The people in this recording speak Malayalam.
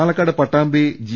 പാലക്കാട് പട്ടാമ്പി ജി